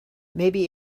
maybe